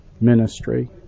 ministry